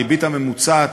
הריבית הממוצעת,